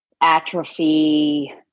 atrophy